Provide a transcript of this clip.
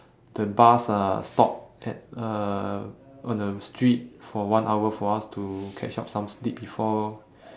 the bus uh stopped at uh on the street for one hour for us to catch up some sleep before